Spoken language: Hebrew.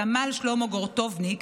סמל שלמה גורטובניק,